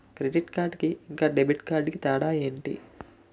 Credit card కి ఇంకా debit card కి తేడా ఏంటి?